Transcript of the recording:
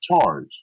charge